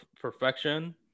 perfection